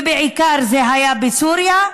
ובעיקר זה היה בסוריה,